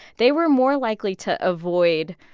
they were more likely to avoid,